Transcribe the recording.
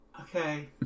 okay